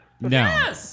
No